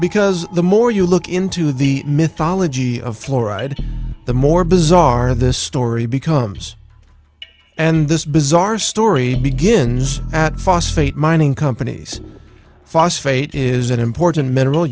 because the more you look into the myth ology of fluoride the more bizarre the story becomes and this bizarre story begins at phosphate mining companies phosphate is an important min